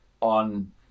on